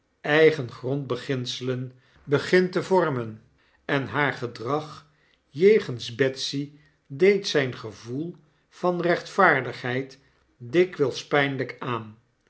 eigen grondbeginselen begint te vormen en haar gedrag jegens betsy deed zyn gevoel van rechtvaardigheid dikwyis pynlyk aan